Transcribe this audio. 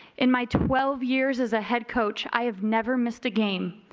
and my twelve years as a head coach i have never missed a game.